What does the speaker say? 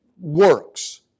works